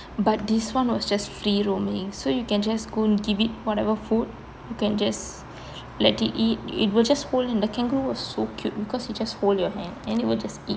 but this [one] was just free roaming so you can just go give it whatever food you can just let it eat it will just hold in the kangaroo was so cute because he just hold your hand and it would just eat